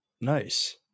Nice